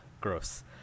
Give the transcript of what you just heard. gross